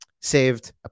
saved